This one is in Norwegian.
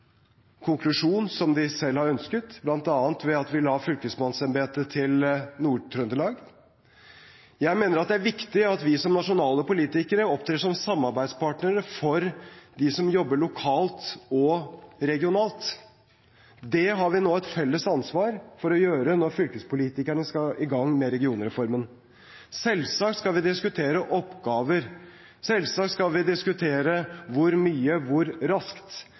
konklusjon som de selv har ønsket, bl.a. at de la fylkesmannsembetet til Nord-Trøndelag. Jeg mener det er viktig at vi som nasjonale politikere opptrer som samarbeidspartnere for dem som jobber lokalt og regionalt. Det har vi et felles ansvar for å gjøre når fylkespolitikerne nå skal i gang med regionreformen. Selvsagt skal vi diskutere oppgaver, selvsagt skal vi diskutere hvor mye, hvor raskt,